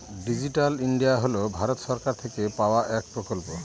digital India হল ভারত সরকার থেকে পাওয়া এক প্রকল্প